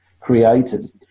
created